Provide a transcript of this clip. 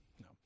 no